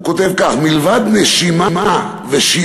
הוא כותב כך: מלבד נשימה ושיעול,